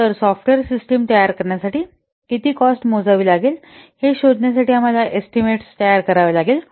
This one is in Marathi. तर सॉफ्टवेअर सिस्टम तयार करण्यासाठी किती कॉस्ट मोजावी लागेल हे शोधण्यासाठी आम्हाला एस्टीमेट्स तयार करावा लागेल